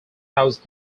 house